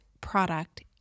product